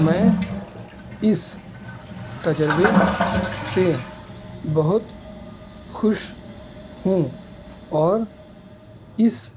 میں اس تجربے سے بہت خوش ہوں اور اس